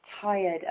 tired